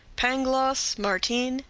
pangloss, martin,